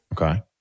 Okay